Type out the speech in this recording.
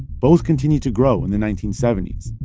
both continued to grow in the nineteen seventy s.